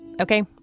Okay